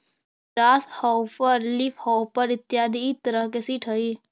grass hopper leafhopper इत्यादि इ तरह के सीट हइ